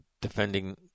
defending